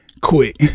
Quick